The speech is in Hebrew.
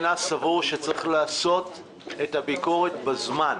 אני חושב שזה שהגנים נשארו מחוץ לרפורמה הזאת זה הזוי,